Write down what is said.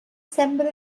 sembra